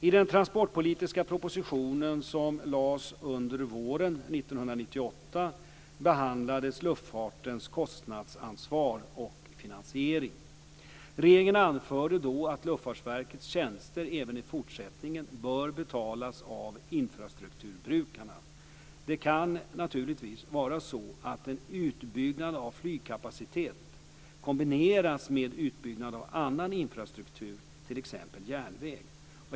I den transportpolitiska proposition som lades fram under våren 1998 behandlades luftfartens kostnadsansvar och finansiering. Regeringen anförde då att Luftfartsverkets tjänster även i fortsättningen bör betalas av infrastrukturbrukarna. Det kan naturligtvis vara så att en utbyggnad av flygplatskapacitet kombineras med utbyggnad av annan infrastruktur, t.ex. järnväg.